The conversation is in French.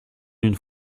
une